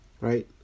right